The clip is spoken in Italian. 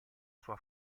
sua